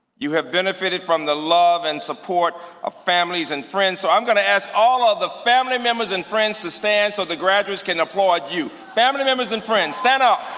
you have benefited from the love and support of families and friends, so i'm going to ask all of the family members and friends to stand so that graduates can applaud you. family members and friends, stand up.